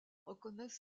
reconnaissent